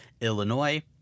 Illinois